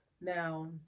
Now